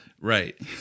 Right